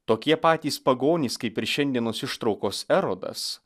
tokie patys pagonys kaip ir šiandienos ištraukos erodas